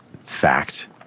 fact